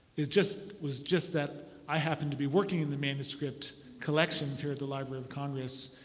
it just was just that i happened to be working in the manuscript collections here at the library of congress.